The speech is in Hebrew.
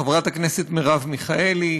חברת הכנסת מרב מיכאלי,